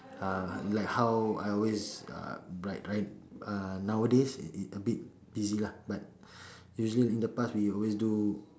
uh like how I always uh right uh nowadays it it a bit busy lah but usually in the past we always do